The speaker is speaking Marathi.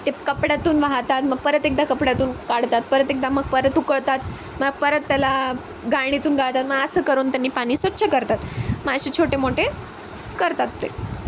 ते कपड्यातून वाहतात मग परत एकदा कपड्यातून काढतात परत एकदा मग परत उकळतात मग परत त्याला गाळणीतून गाळतात मग असं करून त्यांनी पाणी स्वच्छ करतात मग असे छोटे मोठे करतात ते